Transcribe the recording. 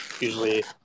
usually